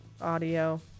Audio